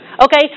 Okay